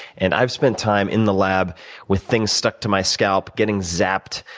and i've spent time in the lab with things stuck to my scalp, getting zapped,